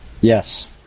Yes